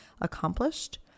accomplished